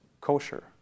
kosher